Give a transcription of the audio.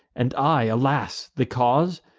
and i, alas! the cause?